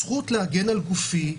הזכות להגן על גופי.